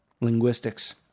linguistics